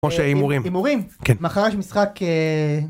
כמו שהימורים. הימורים. כן. מחר יש משחק